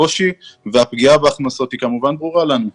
הקושי והפגיעה בהכנסות היא כמובן ברורה לנו.